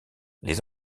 les